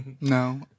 No